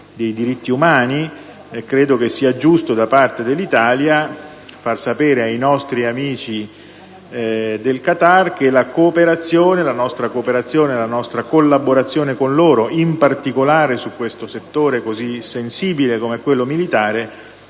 dei diritti umani, credo sia giusto da parte dell'Italia far sapere ai nostri amici del Qatar che la nostra cooperazione e la collaborazione che offriamo, in particolare in un settore così sensibile come quello militare,